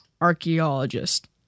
archaeologist